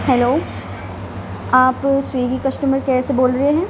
hello آپ Swiggy customer care سے بول رہے ہیں